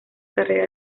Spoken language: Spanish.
carrera